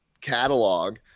catalog